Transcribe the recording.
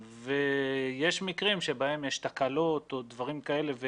יש מקרים בהם יש תקלות או דברים כאלה.